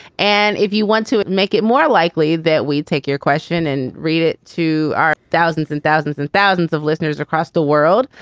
and if you want to make it more likely that we'd take your question and read it to our thousands and thousands and thousands of listeners across the world.